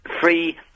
free